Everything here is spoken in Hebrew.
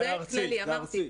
זה כללי, אמרתי.